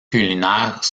culinaires